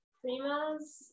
Prima's